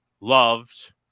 loved